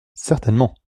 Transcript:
certainement